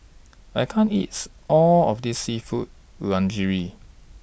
I can't eats All of This Seafood Linguine